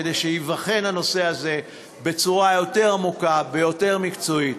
כדי שייבחן הנושא הזה בצורה יותר עמוקה ויותר מקצועית.